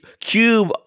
cube